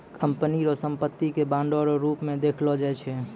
company रो संपत्ति के बांडो रो रूप मे देखलो जाय छै